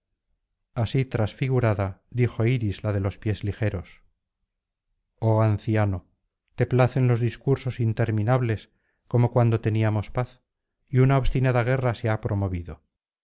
así transfigurada dijo iris la de los pies ligeros oh anciano te placen los discursos interminables como cuando teníamos paz y una obstinada guerra se ha promovido